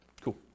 Cool